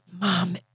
Mom